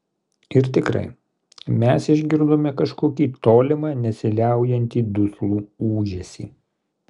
ir tikrai mes išgirdome kažkokį tolimą nesiliaujantį duslų ūžesį